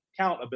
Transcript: countability